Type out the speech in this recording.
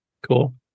Cool